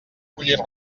collir